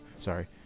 sorry